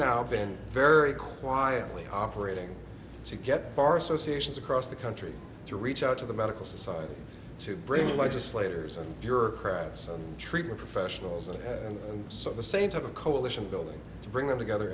been very quietly operating to get bar associations across the country to reach out to the medical society to bring legislators and bureaucrats and treatment professionals and and so the same type of coalition building to bring them together